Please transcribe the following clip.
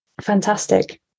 fantastic